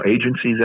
agencies